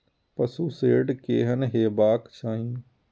पशु शेड केहन हेबाक चाही?